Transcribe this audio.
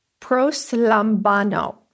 proslambano